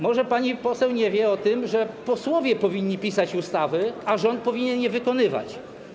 Może pani poseł nie wie o tym, że posłowie powinni pisać ustawy, a rząd powinien je wykonywać.